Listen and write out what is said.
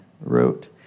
wrote